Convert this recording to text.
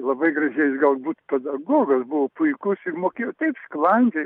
labai gražiai jis galbūt pedagogas buvo puikus ir mokėjo taip sklandžiai